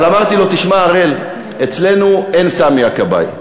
אבל אמרתי לו: תשמע, הראל, אצלנו אין סמי הכבאי.